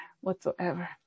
whatsoever